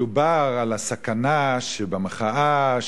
דובר על הסכנה שבמחאה,